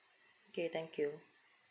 okay thank you